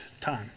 time